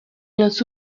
los